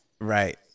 Right